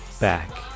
back